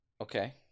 Okay